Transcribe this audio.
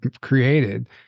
created